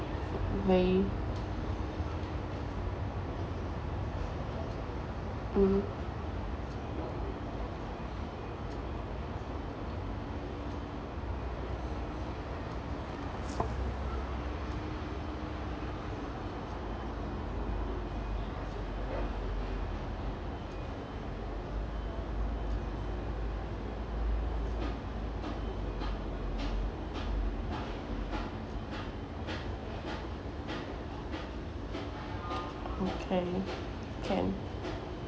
they mmhmm okay can